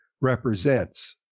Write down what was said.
represents